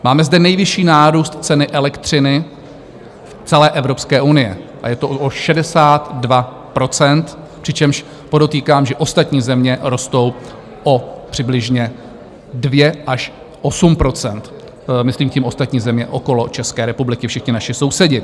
Máme zde nejvyšší nárůst ceny elektřiny v celé Evropské unii a je to o 62 %, přičemž podotýkám, že ostatní země rostou o přibližně 2 až 8 %, myslím tím ostatní země okolo České republiky, všichni naši sousedi.